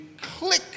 click